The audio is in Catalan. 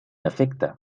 efecte